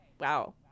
Wow